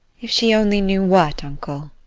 if she only knew what, uncle?